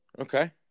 okay